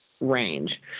range